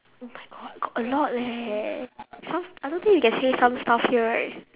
oh my god got a lot leh stuff I don't think you can say some stuff here right